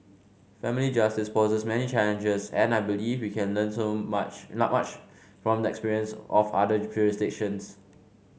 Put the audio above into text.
family justice poses many challenges and I believe we can learn so much not much from the experience of other jurisdictions